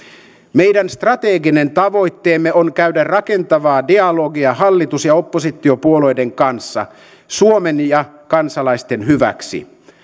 meidän strateginen tavoitteemme on käydä rakentavaa dialogia hallitus ja oppositiopuolueiden kanssa suomen ja kansalaisten hyväksi